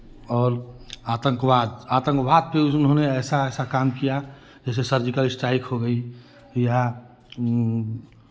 और आतंकवाद आतंकवाद पे जो उन्होंने ऐसा ऐसा काम किया जैसे सर्जिकल स्ट्राइक हो गई या